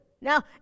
Now